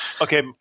Okay